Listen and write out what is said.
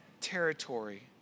territory